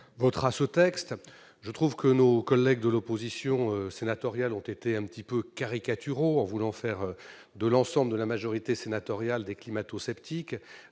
pour ce texte. Nos collègues de l'opposition sénatoriale ont été un peu caricaturaux en voulant faire de l'ensemble de la majorité sénatoriale des climato-sceptiques.